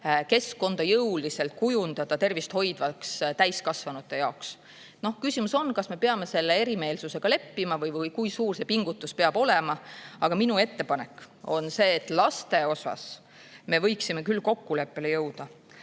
keskkonda jõuliselt kujundada tervist hoidvaks täiskasvanute jaoks. Küsimus on, kas me peame selle erimeelsusega leppima või kui suur see pingutus peab olema. Aga minu ettepanek on see, et laste puhul me võiksime küll kokkuleppele jõuda.